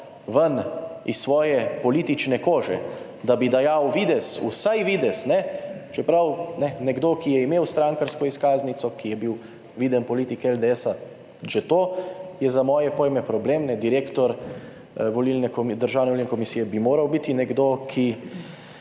ven iz svoje politične kože, da bi dajal videz - vsaj videz, čeprav nekdo, ki je imel strankarsko izkaznico, ki je bil viden politik LDS, že to je za moje pojme problem -, ne, direktor Državne volilne komisije bi moral biti nekdo, ki